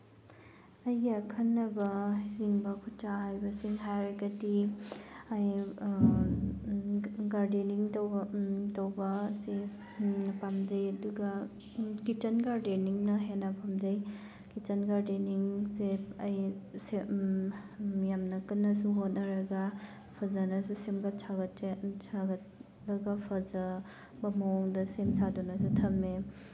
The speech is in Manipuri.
ꯑꯩꯒꯤ ꯑꯈꯟꯅꯕ ꯆꯤꯡꯕ ꯈꯨꯠ ꯁꯥ ꯍꯥꯏꯕꯁꯤꯡ ꯍꯥꯏꯔꯒꯗꯤ ꯑꯩ ꯒꯥꯔꯗꯦꯅꯤꯡ ꯇꯧꯕ ꯇꯧꯕꯁꯦ ꯄꯥꯝꯖꯩ ꯑꯗꯨꯒ ꯀꯤꯠꯆꯟ ꯒꯥꯔꯗꯦꯅꯤꯡꯅ ꯍꯦꯟꯅ ꯄꯥꯝꯖꯩ ꯀꯤꯠꯆꯟ ꯒꯥꯔꯗꯦꯅꯤꯡꯁꯦ ꯑꯩ ꯌꯥꯝꯅ ꯀꯟꯅꯁꯨ ꯍꯣꯠꯅꯔꯒ ꯐꯖꯅꯁꯨ ꯁꯦꯝꯒꯠ ꯁꯥꯒꯠꯂꯒ ꯐꯖꯕ ꯃꯑꯣꯡꯗ ꯁꯦꯝ ꯁꯥꯗꯨꯅꯁꯨ ꯊꯝꯃꯦ